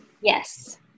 Yes